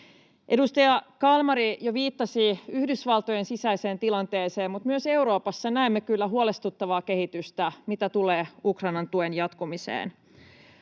Edustaja Kalmari jo viittasi Yhdysvaltojen sisäiseen tilanteeseen, mutta myös Euroopassa näemme kyllä huolestuttavaa kehitystä, mitä tulee Ukrainan tuen jatkumiseen.